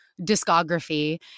discography